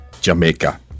Jamaica